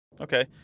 Okay